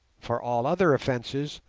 for all other offences,